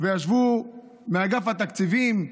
וישבו במשרדי העמותה מאגף התקציבים.